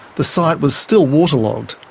the site was still waterlogged,